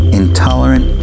intolerant